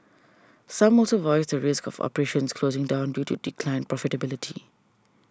some also voiced the risk of operations closing down due to declined profitability